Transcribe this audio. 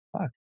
fuck